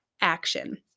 action